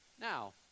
Now